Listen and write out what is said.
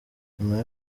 nyuma